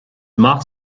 maith